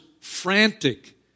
frantic